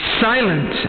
silent